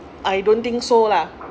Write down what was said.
I don't think so lah